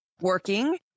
working